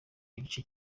igice